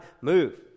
move